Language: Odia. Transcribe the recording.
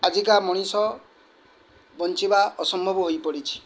ଆଜିକା ମଣିଷ ବଞ୍ଚିବା ଅସମ୍ଭବ ହୋଇ ପଡ଼ିଛି